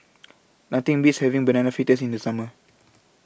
Nothing Beats having Banana Fritters in The Summer